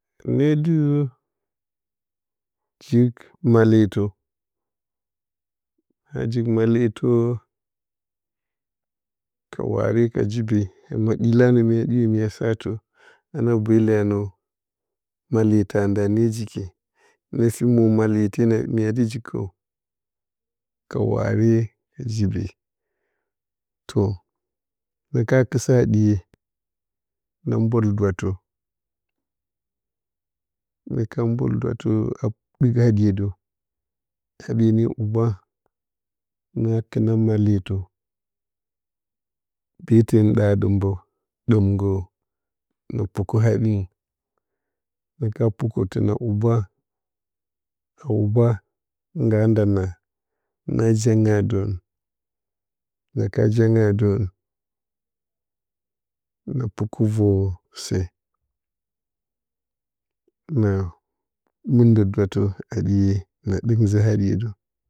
Hɨn ne dɨ jik maleritə na jik maleritə ka waare ka jibe ɗi la nə mya ɗiyə mya saa tɨ ana bwele anə maleritə anda hɨne jiki na mo malerite mya dɨ jikə ka waare jibe toh hɨn ka kɨsa ɗiye na mbol dwatə mya ka mbal dwatə a dɨk haɓye də haɓye ne hubwa k mya kɨna maleritə betɨ hɨn ɗadə mbə ɗəmgə na pukə habyengɨn hɨnka pukə təna huba a huba ngga da naa na janga dərən naka janga dərən na pukə vərse na mɨndə dwatə a ɗiye na ɗɨk nzɨ haɓye də.